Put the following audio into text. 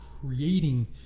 creating